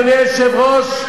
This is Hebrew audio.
אדוני היושב-ראש,